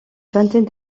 vingtaine